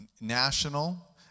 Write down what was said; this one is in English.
national